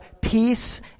peace